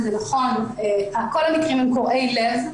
קורעי לב.